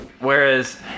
Whereas